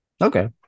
Okay